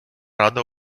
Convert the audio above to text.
рада